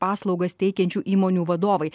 paslaugas teikiančių įmonių vadovai